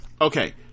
Okay